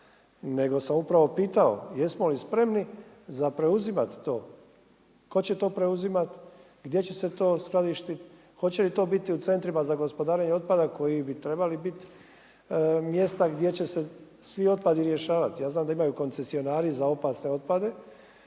nego sam upravo pitao jesmo li spremni za preuzimat to? Tko će to preuzimat, gdje će to skladištiti, hoće li to biti u centrima za gospodarenje otpada koji bi trebali biti mjesta gdje će se svi otpadi rješavati? Ja znam da imaju koncesionari za opasne otpade